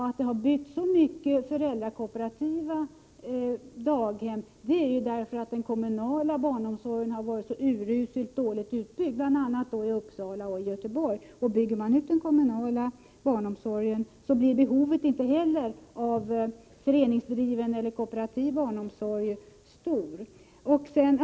Att det har byggts så många familjekooperativa daghem beror ju på att den kommunala barnomsorgen har varit så uruselt utbyggd, bl.a. i Uppsala och Göteborg. Bygger man ut den kommunala barnomsorgen, blir inte heller behovet av föreningsdriven eller kooperativ barnomsorg så stort.